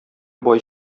бай